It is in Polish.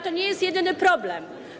To nie jest jedyny problem.